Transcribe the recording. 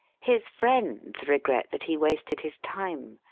his friends regret that he wasted his time,